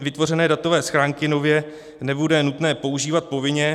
Vytvořené datové schránky nově nebude nutné používat povinně.